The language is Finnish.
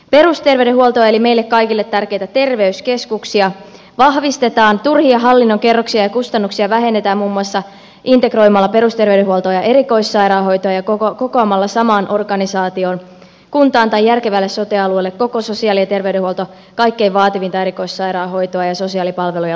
perusterveydenhuoltoa eli meille kaikille tärkeitä terveyskeskuksia vahvistetaan turhia hallinnon kerroksia ja kustannuksia vähennetään muun muassa integroimalla perusterveydenhuoltoa ja erikoissairaanhoitoa ja kokoamalla samaan organisaatioon kuntaan tai järkevälle sote alueelle koko sosiaali ja terveydenhuolto kaikkein vaativinta erikoissairaanhoitoa ja sosiaalipalveluja lukuun ottamatta